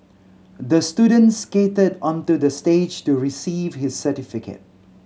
the student skated onto the stage to receive his certificate